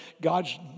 God's